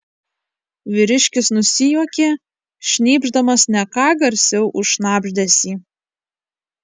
vyriškis nusijuokė šnypšdamas ne ką garsiau už šnabždesį